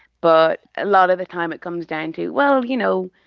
but a lot of the time, it comes down to, well, you know,